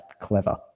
clever